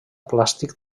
plàstic